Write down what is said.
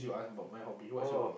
oh